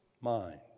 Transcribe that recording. mind